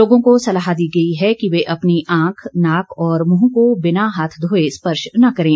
लोगों को सलाह दी गई है कि वे अपनी आंख नाक और मुंह को बिना हाथ धोये स्पर्श न करें